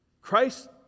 Christ